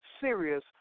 serious